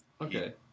Okay